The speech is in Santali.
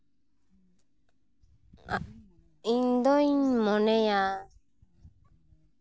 ᱤᱧ ᱫᱚᱧ ᱢᱚᱱᱮᱭᱟ